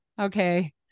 Okay